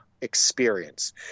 experience